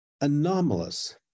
anomalous